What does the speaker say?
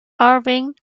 irving